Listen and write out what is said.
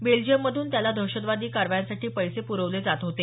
बेल्जियममधून त्याला दहशतवादी कारवायांसाठी पैसे प्रखले जात होते